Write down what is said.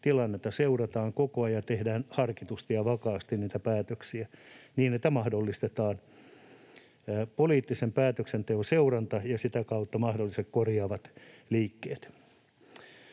tilannetta seurataan koko ajan ja tehdään harkitusti ja vakaasti niitä päätöksiä, niin että mahdollistetaan poliittisen päätöksenteon seuranta ja sitä kautta mahdolliset korjaavat liikkeet.